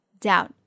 doubt